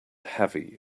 heavy